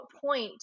point